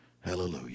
Hallelujah